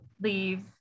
leave